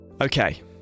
Okay